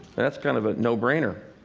that's kind of a no-brainer.